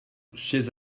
chaise